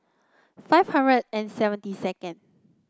five hundred and seventy second